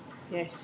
yes